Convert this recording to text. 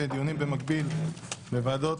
יש דיונים במקביל בוועדות,